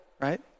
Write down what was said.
right